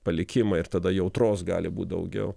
palikimą ir tada jautros gali būt daugiau